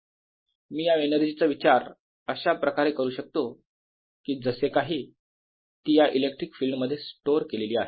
मी या एनर्जीचा विचार अशा प्रकारे करू शकतो की जसे काही ती या इलेक्ट्रिक फील्ड मध्ये स्टोर केलेली आहे